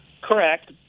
Correct